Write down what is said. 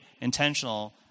intentional